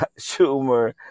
Schumer